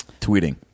tweeting